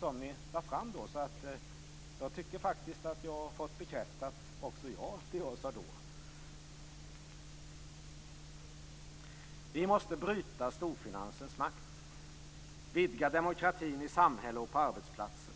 som ni då lade fram. Jag tycker att också jag har fått bekräftat det som jag då sade. Vi måste bryta storfinansens makt, vidga demokratin i samhället och på arbetsplatserna.